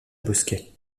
bosquet